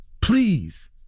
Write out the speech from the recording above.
please